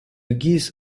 geese